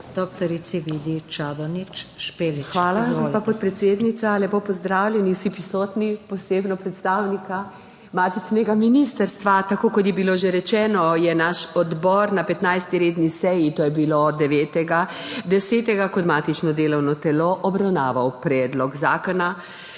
ČADONIČ ŠPELIČ (PS NSi): Hvala, gospa podpredsednica. Lepo pozdravljeni vsi prisotni, posebno predstavnika matičnega ministrstva! Tako kot je bilo že rečeno, je naš odbor na 15. redni seji, to je bilo 9. 10., kot matično delovno telo obravnaval Predlog zakona